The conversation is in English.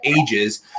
ages